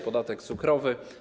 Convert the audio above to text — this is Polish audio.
Podatek cukrowy.